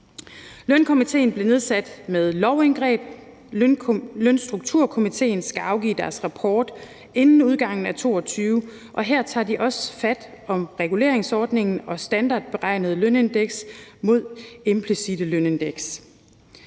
Lønstrukturkomitéen blev nedsat med et lovindgreb, og Lønstrukturkomitéen skal afgive deres rapport inden udgangen af 2022, og her tager de også fat om reguleringsordningen og det standardberegnede lønindeks mod det implicitte lønindeks.